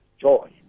joy